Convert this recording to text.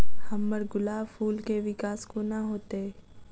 हम्मर गुलाब फूल केँ विकास कोना हेतै?